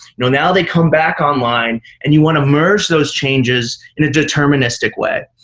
now they come back online, and you want to merge those changes in a deterministic way.